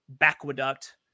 Aqueduct